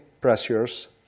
pressures